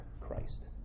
Christ